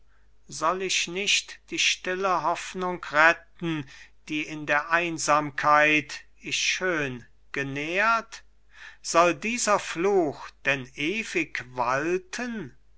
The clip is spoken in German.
soll ich nicht die stille hoffnung retten die in der einsamkeit ich schön genährt soll dieser fluch denn ewig walten